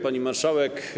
Pani Marszałek!